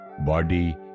body